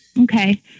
Okay